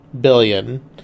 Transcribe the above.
billion